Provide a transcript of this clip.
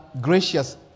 gracious